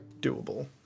doable